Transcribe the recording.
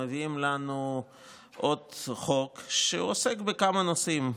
מביאים לנו עוד חוק, שהוא עוסק בכמה נושאים.